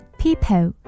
people